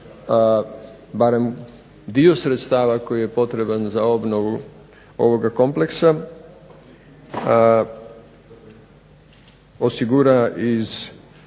barem dio sredstava koji je potreban za obnovu ovoga kompleksa, osigura iz